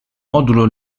modulo